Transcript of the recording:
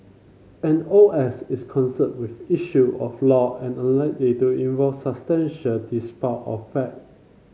an O S is concerned with issue of law and to involve substantial of fact